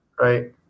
right